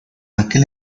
aquel